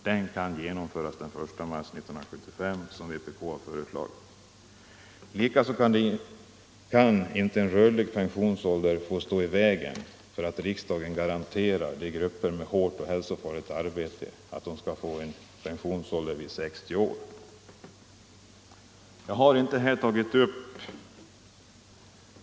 Den kan genomföras den 1 mars 1975, som vpk föreslagit. Likaså kan inte den rörliga pensionsåldern få stå i vägen för en reform som innebär att riksdagen garanterar grupper med hårt och hälsofarligt arbete att få pension vid 60 års ålder.